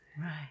Right